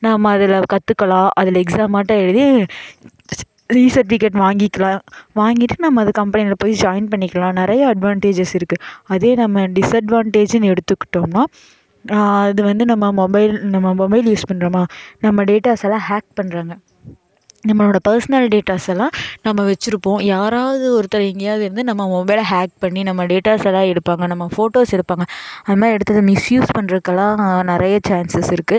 நம்ம அதில் கற்றுக்கலாம் அதில் எக்ஸாமாட்டம் எழுதி இ சர்ட்டிஃபிகேட் வாங்கிக்கலாம் வாங்கிகிட்டு நம்ம அது கம்பெனியில் போய் ஜாயின் பண்ணிக்கலாம் நிறைய அட்வான்டேஜ்ஐஸ் இருக்குது அதே நம்ம டிஸ்அட்வான்டேஜ்ஜுன்னு எடுத்துக்கிட்டோம்னால் அது வந்து நம்ம மொபைல் நம்ம மொபைல் யூஸ் பண்ணுறோம்மா நம்ம டேட்டாஸ் எல்லாம் ஹாக் பண்ணுறாங்க நம்மளோடய பர்ஸ்னல் டேட்டாஸ் எல்லாம் நம்ம வெச்சுருப்போம் யாராவது ஒருத்தர் எங்கேயாவது இருந்து நம்ம மொபைலை ஹாக் பண்ணி நம்ம டேட்டாஸ் எல்லாம் எடுப்பாங்க நம்ம ஃபோட்டோஸ் எடுப்பாங்க அது மாதிரி எடுத்ததை மிஸ் யூஸ் பண்ணுறக்கல்லாம் நிறைய சான்சஸ் இருக்குது